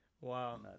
Wow